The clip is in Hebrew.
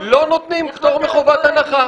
-- לא נותנים פטור מחובת הנחה.